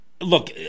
look